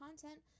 content